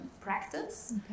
practice